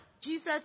Jesus